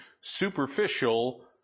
superficial